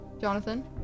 Jonathan